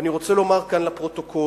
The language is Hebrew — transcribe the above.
ואני רוצה לומר כאן לפרוטוקול,